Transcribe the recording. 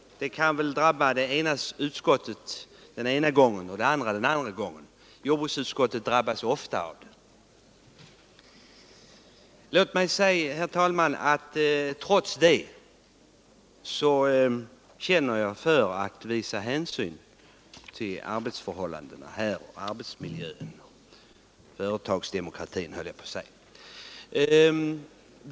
Det kan väl drabba det ena utskottet den ena gången och det andra den andra gången, men jordbruksutskottet drabbas nog oftare än övriga utskott. Trots detta, herr talman, känner jag för att visa hänsyn till arbetsförhållandena och arbetsmiljön här — till företagsdemokratin, höll jag på att säga.